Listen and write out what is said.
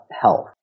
health